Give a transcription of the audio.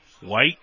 White